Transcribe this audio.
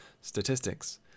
statistics